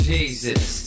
Jesus